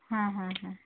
ᱦᱮᱸ ᱦᱮᱸ ᱦᱮᱸ